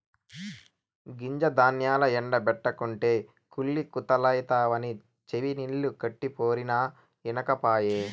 గింజ ధాన్యాల్ల ఎండ బెట్టకుంటే కుళ్ళి కుదేలైతవని చెవినిల్లు కట్టిపోరినా ఇనకపాయె